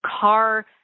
car